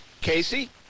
Casey